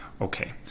Okay